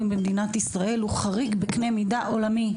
במדינת ישראל הוא חריג בקנה מידה עולמי.